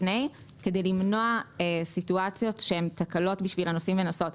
לפני כדי למנוע סיטואציות שהן תקלות בשביל נוסעים ונוסעות.